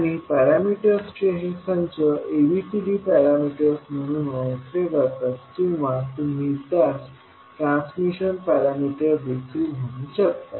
आणि पॅरामीटर्सचे हे संच ABCD पॅरामीटर्स म्हणून ओळखले जातात किंवा तुम्ही त्यास ट्रान्समिशन पॅरामीटर्स देखील म्हणू शकता